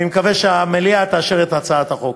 אני מקווה שהמליאה תאשר את הצעת החוק.